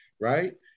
right